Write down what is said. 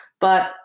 but